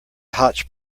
hotch